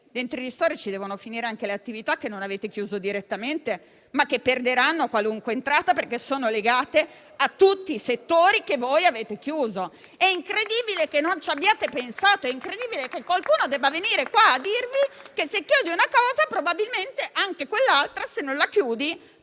dei ristori devono finire anche le attività che non avete chiuso direttamente, ma che perderanno qualunque entrata, perché sono legate a tutti i settori che voi avete chiuso. È incredibile che non ci abbiate pensato. È incredibile che qualcuno debba qua dirvi che, se chiudi un'attività, probabilmente anche un'altra, pur se non la chiudi,